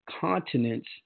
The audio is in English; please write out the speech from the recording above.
continents